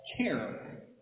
care